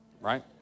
right